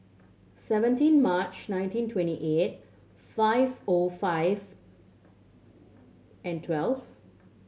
seventeen March nineteen twenty eight five O five and twelve